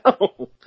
no